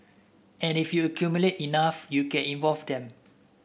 and if you accumulate enough you can evolve them